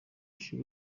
kigo